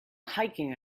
hiking